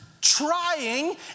trying